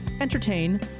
entertain